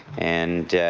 and